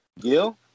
Gil